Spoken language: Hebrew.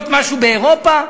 להיות משהו באירופה?